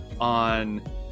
on